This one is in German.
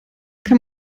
kann